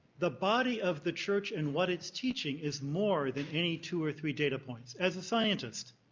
the body of the church and what it's teaching is more than any two or three data points. as a scientist,